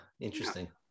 interesting